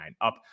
up